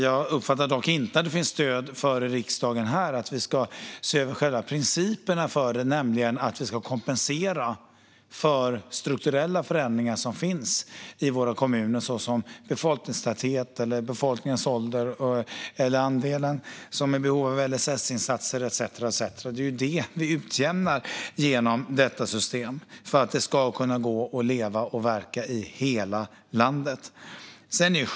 Jag uppfattar dock inte att det finns stöd i riksdagen för att vi ska se över själva principerna för det, det vill säga att kompensera för strukturella förändringar som finns i kommunerna, såsom befolkningstäthet, befolkningsålder, andel som är i behov av LSS-insatser etcetera. Det är ju sådant vi utjämnar genom detta system så att det ska gå att leva och verka i hela landet.